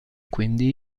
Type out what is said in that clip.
quindi